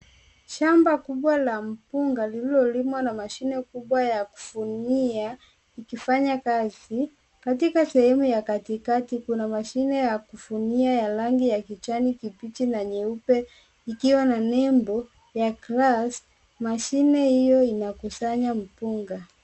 Shamba kubwa la mbunga lililolimwa na mashine kubwa ya kuvunia ikifanya kazi katika sehemu ya katikati, kuna mashine ya kuvunia ya rangi ya kijani kubichi na nyeupe ikiwa na nembo ya Crest mashine hio inakusanaya mbunga.